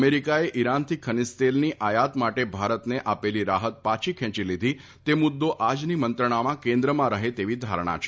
અમેરીકાએ ઇરાનથી ખનીજતેલની આયાત માટે ભારતને આપેલી રાહત પાછી ખેંચી લીધી તે મુદ્દો આજની મંત્રણામાં કેન્દ્રમાં રહે તેવી ધારણા છે